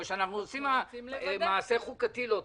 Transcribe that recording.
או שאנחנו עושים מעשה חוקתי לא טוב.